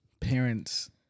parents